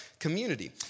community